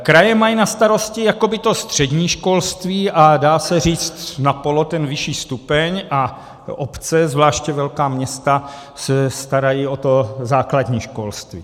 Kraje mají na starosti jakoby to střední školství a dá se říct napolo ten vyšší stupeň a obce, zvláště velká města, se starají o základní školství.